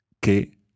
que